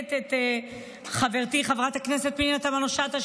מחזקת את חברתי חברת הכנסת פנינה תמנו שטה,